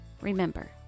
Remember